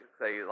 say